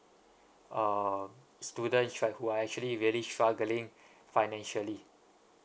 um students right who are actually really struggling financially